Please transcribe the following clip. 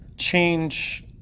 change